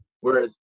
whereas